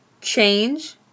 Change